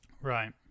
Right